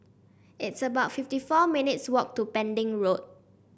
it's about fifty four minutes' walk to Pending Road